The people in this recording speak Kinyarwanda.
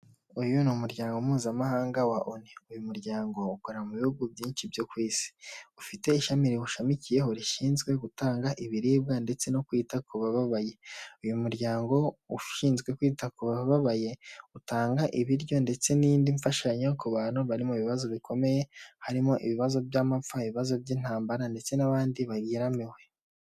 Uyu ni umuryango mpuzamahanga wa oni, uyu muryango ukora mu bihugu byinshi byo ku isi ufite ishami riwushamikiyeho rishinzwe gutanga ibiribwa ndetse no kwita kubaye. Uyu muryango ushinzwe kwita ku bababaye utanga ibiryo ndetse n'indi mfashanyo ku bantu bari mu bibazo bikomeye, harimo ibibazo by'amapfa, ibibazo by'intambara ndetse n'abandi bageramiwe.